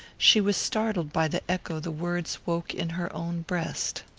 she was startled by the echo the words woke in her own breast.